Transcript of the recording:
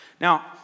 Now